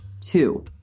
Two